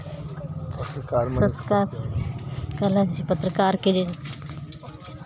subscribe कयने छी पत्रकारके जे